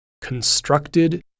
constructed